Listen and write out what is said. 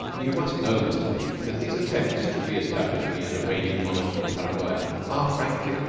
you must know, mr. bleke, that these attempts to re-establish me as a reigning monarch in paranoya are, frankly,